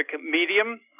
medium